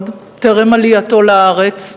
עוד טרם עלייתו לארץ,